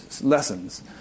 lessons